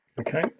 Okay